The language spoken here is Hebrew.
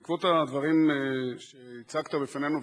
בעקבות הדברים שהצגת בפנינו,